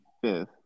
fifth